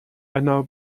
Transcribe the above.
einer